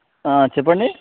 చెప్పండి